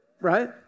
Right